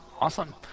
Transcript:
Awesome